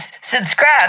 subscribe